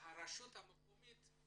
והרשות המקומית היא